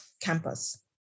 campus